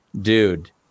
dude